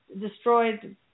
destroyed